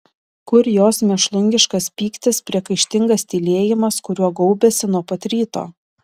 kur jos mėšlungiškas pyktis priekaištingas tylėjimas kuriuo gaubėsi nuo pat ryto